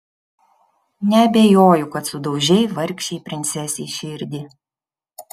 neabejoju kad sudaužei vargšei princesei širdį